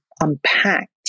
unpacked